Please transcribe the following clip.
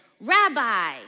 Rabbi